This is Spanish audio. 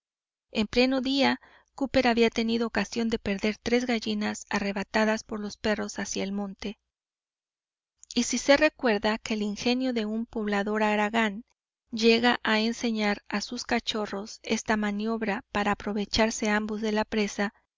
en pleno día cooper había tenido ocasión de perder tres gallinas arrebatadas por los perros hacia el monte y si se recuerda que el ingenio de un poblador haragán llega a enseñar a sus cachorros esta maniobra para aprovecharse ambos de la presa